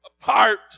apart